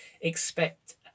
expect